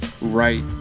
right